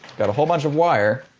got a whole bunch of wire,